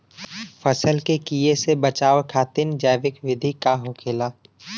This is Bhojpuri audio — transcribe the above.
फसल के कियेसे बचाव खातिन जैविक विधि का होखेला?